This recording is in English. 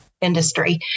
industry